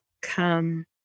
come